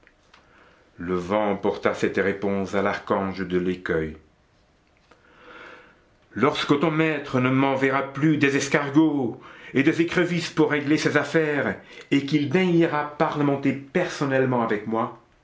le vent porta cette réponse à l'archange de l'écueil lorsque ton maître ne m'enverra plus des escargots et des écrevisses pour régler ses affaires et qu'il daignera parlementer personnellement avec moi